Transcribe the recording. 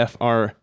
fr